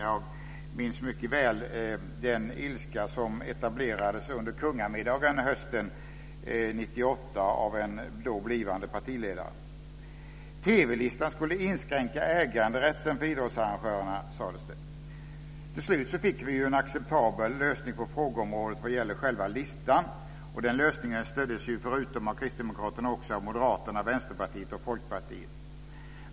Jag minns mycket väl den ilska som etablerades under kungamiddagen hösten 1998 av en då blivande partiledare. TV-listan skulle inskränka äganderätten för idrottsarrangörerna, sades det. Till slut fick vi en acceptabel lösning på frågeområdet vad gäller själva listan. Lösningen stöddes förutom av Kristdemokraterna också av Moderaterna, Vänsterpartiet och Folkpartiet.